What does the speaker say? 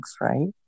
right